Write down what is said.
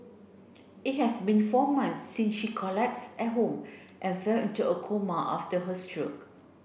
it has been four months since she collapsed at home and fell into a coma after her stroke